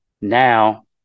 Now